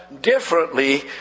differently